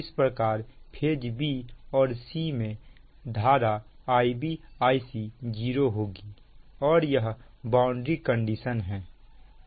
इस प्रकार phase b और c में धारा Ib Ic 0 होगी और यह बाउंड्री कंडीशन है